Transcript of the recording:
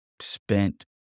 spent